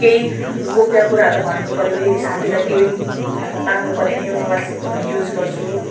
केही गोप्य कुराहरू भन्नुपऱ्यो यदि साथीलाई केही हेल्प माग्नुपऱ्यो भने यो वाट्सएपहरू युज गर्छु